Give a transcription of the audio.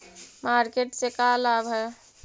Market से का लाभ है?